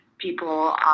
People